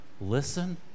listen